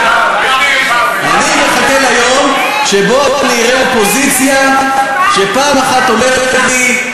אני מחכה ליום שבו אני אראה אופוזיציה שפעם אחת אומרת לי: